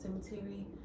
cemetery